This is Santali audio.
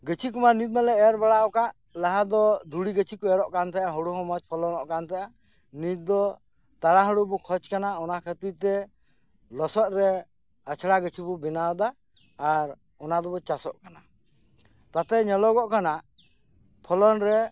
ᱜᱟᱹᱪᱷᱤ ᱠᱚᱢᱟ ᱱᱤᱛ ᱢᱟᱞᱮ ᱮᱨ ᱵᱟᱲᱟᱣᱟᱠᱟᱫ ᱞᱟᱦᱟ ᱫᱚ ᱫᱷᱩᱲᱤ ᱜᱟᱹᱪᱷᱤ ᱠᱚ ᱮᱨᱚᱜ ᱠᱟᱱ ᱛᱟᱦᱮᱸᱱ ᱦᱩᱲᱩ ᱦᱚᱸ ᱢᱚᱸᱡᱽ ᱯᱷᱚᱞᱚᱱᱚᱜ ᱠᱟᱱ ᱛᱟᱦᱮᱸᱱ ᱱᱤᱛ ᱫᱚ ᱛᱟᱲᱟᱦᱩᱲᱟᱹ ᱵᱚᱱ ᱠᱷᱚᱡᱽ ᱠᱟᱱᱟ ᱚᱱᱟ ᱠᱷᱟᱹᱛᱤᱨ ᱛᱮ ᱞᱚᱥᱚᱫ ᱨᱮ ᱟᱪᱷᱲᱟ ᱜᱟᱹᱪᱷᱤ ᱵᱚᱱ ᱵᱮᱱᱟᱣᱫᱟ ᱟᱨ ᱚᱱᱟ ᱛᱮᱵᱚᱱ ᱪᱟᱥᱚᱜ ᱠᱟᱱᱟ ᱛᱟᱛᱮ ᱧᱮᱞᱚᱜᱚᱜ ᱠᱟᱱᱟ ᱯᱷᱚᱞᱚᱱ ᱨᱮ